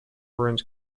ruined